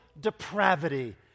depravity